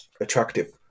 attractive